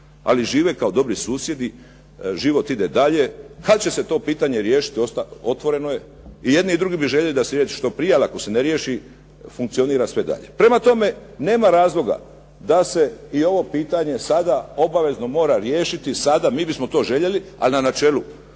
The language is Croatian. ali žive kao dobri susjedi, život ide dalje. Kad će se to pitanje riješiti otvoreno je. I jedni i drugi bi željeli da se riješi što prije, ali ako se ne riješi funkcionira sve dalje. Prema tome, nema razloga da se i ovo pitanje sada obavezno mora riješiti sada. Mi bismo to željeli, ali na načelu